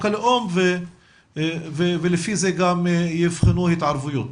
הלאום ולפי זה גם יבחנו התערבויות.